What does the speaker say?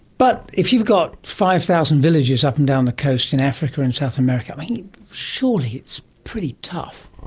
but if you've got five thousand villages up and down the coast in africa, in south america surely it's pretty tough.